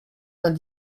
vingt